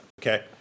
okay